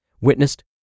witnessed